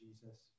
Jesus